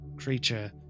creature